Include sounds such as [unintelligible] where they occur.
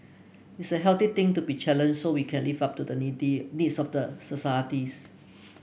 it's a healthy thing to be challenged so we can live up to the [unintelligible] needs of the societies